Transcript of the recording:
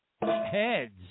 heads